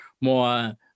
more